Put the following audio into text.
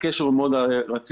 הקשר הוא מאוד רציף,